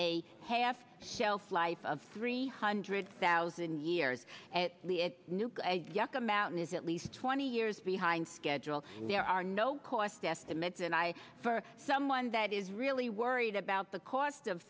a half shelf life of three hundred thousand years at the nuke yucca mountain is at least twenty years behind schedule and there are no cost estimates and i for someone that is really worried about the cost of